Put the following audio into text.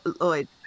Lloyd